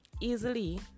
easily